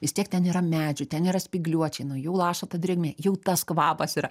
vis tiek ten yra medžių ten yra spygliuočiai nuo jų laša ta drėgmė jau tas kvapas yra